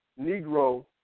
Negro